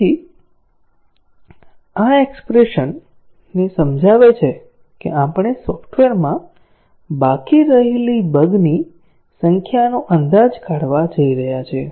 તેથી આ એક્ષ્પ્રેશન ને સમજાવે છે કે આપણે સોફ્ટવેરમાં બાકી રહેલી બગ ની સંખ્યાનો અંદાજ કાઢવા જઈ રહ્યા છીએ